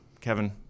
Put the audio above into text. Kevin